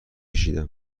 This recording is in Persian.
کشیدم